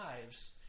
lives